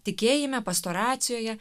tikėjime pastoracijoje